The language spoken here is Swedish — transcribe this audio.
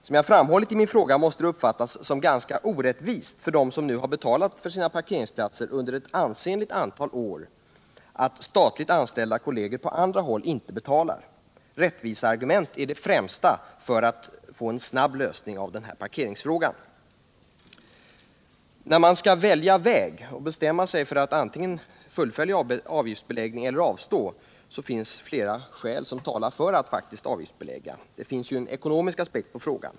Som jag framhållit i min fråga måste det uppfattas som ganska orättvist för dem som nu har betalat för sina parkeringsplatser under ett ansenligt antal år att statligt anställda kolleger på andra håll inte betalar. Rättviseargumentet är det främsta argumentet för en snabb lösning av denna parkeringsfråga. När man skall välja väg och bestämma sig för att antingen fullfölja avgiftsbeläggning eller avstå, finns flera skäl som talar för att faktiskt avgiftsbelägga. Det finns ju en ekonomisk aspekt på frågan.